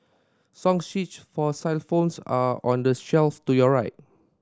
song sheets for xylophones are on the shelf to your right